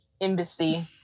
embassy